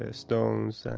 ah stones,